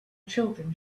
children